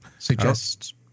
Suggest